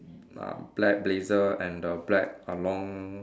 uh black blazer and the black uh long